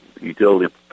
utility